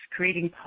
Creating